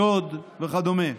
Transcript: שוד וכדומה.